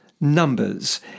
numbers